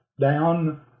down